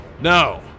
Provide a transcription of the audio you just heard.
No